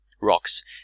rocks